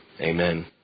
Amen